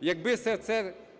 Якби